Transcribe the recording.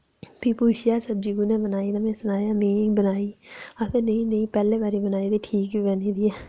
फ्ही पुच्छेआ सब्जी कु'नै बनाई ते में सनाया में बनाई आखदे नेईं नेईं पैह्लें बारी बनाई ते ठीक ई बनी दी ऐ